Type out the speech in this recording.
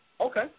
Okay